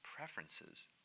Preferences